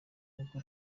nk’uko